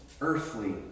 earthly